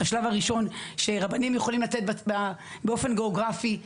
השלב הראשון שרבנים יכולים לתת באופן גיאוגרפי,